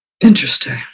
Interesting